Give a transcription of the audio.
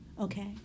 Okay